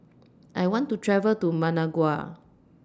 I want to travel to Managua